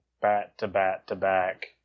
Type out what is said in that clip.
bat-to-bat-to-back